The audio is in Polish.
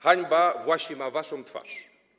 Hańba właśnie ma waszą twarz.